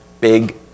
big